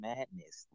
Madness